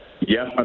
Yes